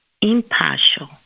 impartial